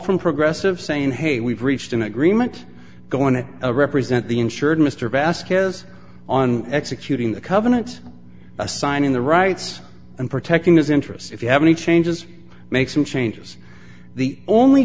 from progressive saying hey we've reached an agreement going to represent the insured mr vasquez on executing the covenants assigning the rights and protecting his interests if you have any changes make some changes the only